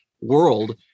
world